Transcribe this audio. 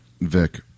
Vic